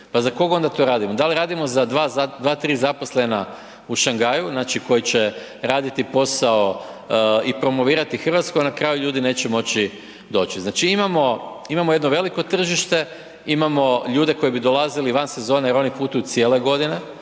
Pa za kog onda to radimo? Dal radimo za 2-3 zaposlena u Šangaju, znači, koji će raditi posao i promovirati RH, a na kraju ljudi neće moći doći? Znači imamo jedno veliko tržište, imamo ljude koji bi dolazili van sezone jer oni putuju cijele godine,